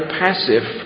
passive